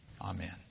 Amen